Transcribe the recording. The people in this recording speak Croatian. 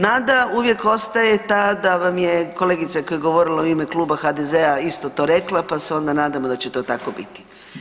Nada uvijek ostaje ta da vam je kolegica koja je govorila u ime kluba HDZ-a isto to rekla, pa se onda nadamo da će to tako biti.